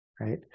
Right